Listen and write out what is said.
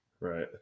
Right